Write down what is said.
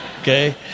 Okay